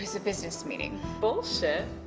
a business meeting. bullshit.